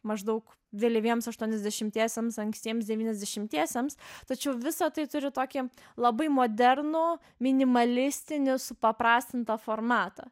maždaug vėlyviems aštuoniasdešimtiesiems ankstiems devyniasdešimtiesiems tačiau visa tai turi tokį labai modernų minimalistinį supaprastintą formatą